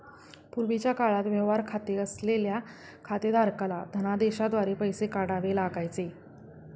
पूर्वीच्या काळात व्यवहार खाते असलेल्या खातेधारकाला धनदेशाद्वारे पैसे काढावे लागायचे